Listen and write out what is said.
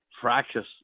fractious